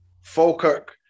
Falkirk